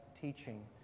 teaching